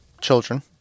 children